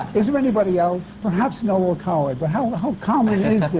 is there anybody else? perhaps noel coward. but how. ah how common is this,